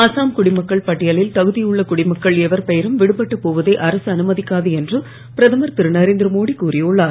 அஸ்ஸாம் பொதுமக்கள் பட்டியலில் தகுதியுள்ள இந்திய குடிமக்கள் எவர் பெயரும் விடுபட்டுப் போவதை அரசு அனுமதிக்காது என்று பிரதமர் இருநரேந்திர மோடி கூறியுள்ளார்